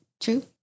True